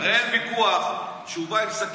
אני חושב, הרי אין ויכוח שהוא בא עם סכין,